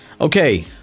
Okay